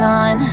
on